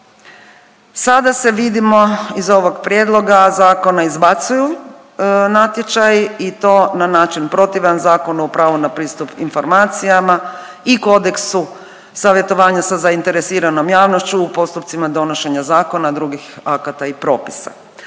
Sada se vidimo iz ovog prijedloga zakona izbacuju natječaji i to na način protivan Zakonu o pravu na pristup informacijama i Kodeksu savjetovanja sa zainteresiranom javnošću u postupcima donošenja zakona, drugih akata i propisa.